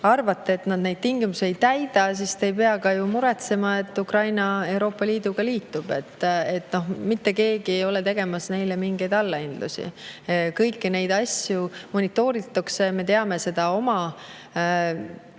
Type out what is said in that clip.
arvate, et nad neid tingimusi ei täida, siis te ei pea muretsema, et Ukraina Euroopa Liiduga liitub. Mitte keegi ei tee neile mingit allahindlust, kõiki neid asju monitooritakse. Me teame seda oma